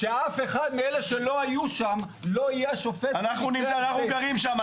שאף אחד מאלה שלא היו שם לא יהיה השופט --- אנחנו גרים שם,